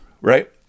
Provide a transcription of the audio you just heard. right